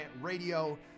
Radio